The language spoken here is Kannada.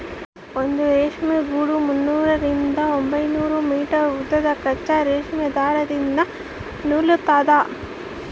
ಒಂದು ರೇಷ್ಮೆ ಗೂಡು ಮುನ್ನೂರರಿಂದ ಒಂಬೈನೂರು ಮೀಟರ್ ಉದ್ದದ ಕಚ್ಚಾ ರೇಷ್ಮೆ ದಾರದಿಂದ ನೂಲಿರ್ತದ